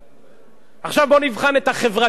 עכשיו בואו נבחן את החברתיים הגדולים,